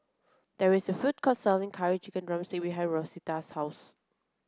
there is a food court selling curry chicken drumstick behind Rosita's house